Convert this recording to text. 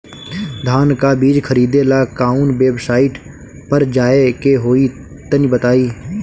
धान का बीज खरीदे ला काउन वेबसाइट पर जाए के होई तनि बताई?